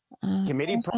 committee